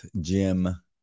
Jim